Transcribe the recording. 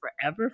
forever